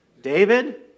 David